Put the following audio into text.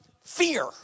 fear